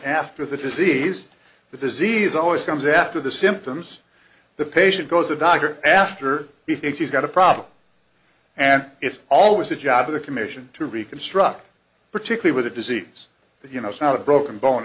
after the disease the disease always comes after the symptoms the patient goes the doctor after he thinks he's got a problem and it's always the job of the commission to reconstruct particularly with a disease that you know it's not a broken bone